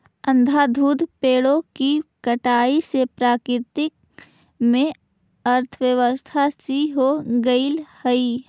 अंधाधुंध पेड़ों की कटाई से प्रकृति में अव्यवस्था सी हो गईल हई